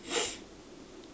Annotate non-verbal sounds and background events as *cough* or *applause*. *noise*